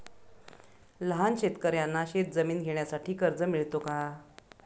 लहान शेतकऱ्यांना शेतजमीन घेण्यासाठी कर्ज मिळतो का?